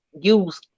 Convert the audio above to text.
use